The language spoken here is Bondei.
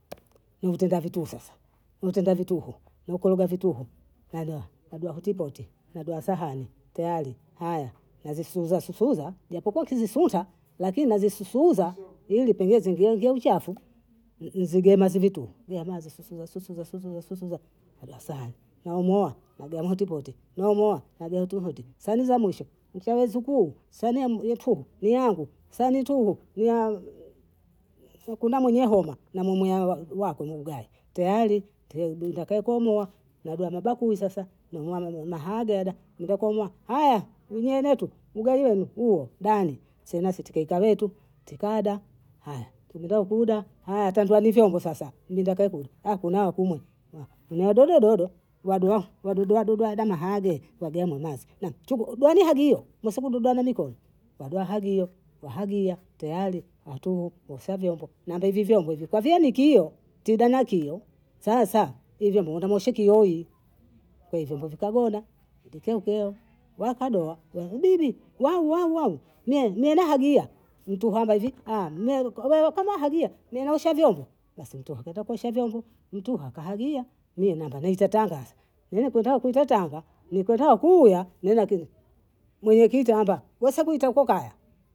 Nivitenda vituhu sasa, nivitenda vituhu, nimekoroga vituhu naha kabla ya hotipoti, napewa sahani, tayari aya nazisuzasifuza japokuwa nkizisunta lakini nazisifuza ili pengine zingiengie uchafu, nizigemazi vituhu, iya mazi susuza susuza susuza, napewa sahani, naomoa nagala hotipoti, naomoa nagawa tu hoti, sahani za mwisho, ncha wazukuu, sahani yamwetuhu niwangu, sahani tuhu ni kuna mwenye homa na mume wako na ugai, tayari utakaokomoa nabeba mabakuli sasa na hadada ntakoma huu ni wa moto ugai wenu huo ndani, sema sitikeka letu tekada, aya kibidankuda aya tambieni vyombo sasa, mlinda kakule kunawa kumwe niwadodo waduha wadodo wadodo abha mahage, wagea mimazi, na chubu deni hagio msibubebeane mwikoi, wabia wahagi iyo, wahagia tayari, hatu osha vyombo, nomba hivi vyombo hivi kwavie ni kiio, tida na kiio, sasa hivi vyombo vyene mashikiioi, kwaiyo vyombo vikabhona, etikiukio wakadoa, Bibi wau wau wau. nini niene hagi hia, mtu hama hivi meriko hama hagia, mi naosha vyombo, basi mtu huyu akwenda kuosha vyombo, mtu huyu akahagia, mie namba naita tangaza, nyinyikwenda hukuta tanga, nikwendao kuya minaki mwenye kitamba wesabu itoko kaya.